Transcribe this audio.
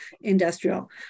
industrial